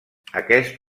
aquest